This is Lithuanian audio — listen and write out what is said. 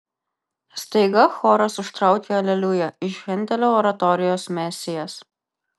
staiga choras užtraukė aleliuja iš hendelio oratorijos mesijas